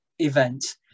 event